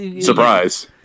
surprise